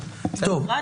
אני